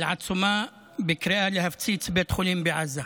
עצומה בקריאה להפציץ בית חולים בעזה.